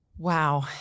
Wow